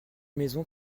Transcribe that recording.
maison